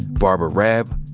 barbara raab,